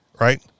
right